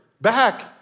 back